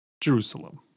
Jerusalem